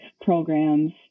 programs